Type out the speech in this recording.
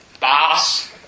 boss